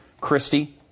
Christie